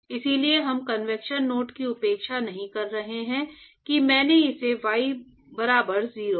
इसलिए हम convection note की उपेक्षा नहीं कर रहे हैं कि मैंने इसे y बराबर 0 है